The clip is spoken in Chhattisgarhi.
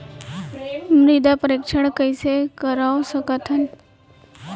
मृदा परीक्षण कइसे करवा सकत हन?